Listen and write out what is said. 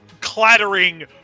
clattering